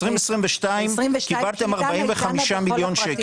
2022 קיבלתם 45 מיליון.